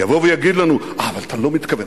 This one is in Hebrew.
יבוא ויגיד לנו: אבל אתה לא מתכוון.